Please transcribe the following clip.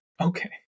Okay